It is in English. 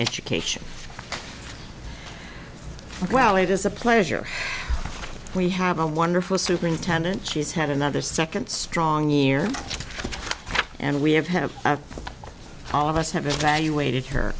education well it is a pleasure we have a wonderful superintendent she's had another second strong year and we have had all of us have evaluated her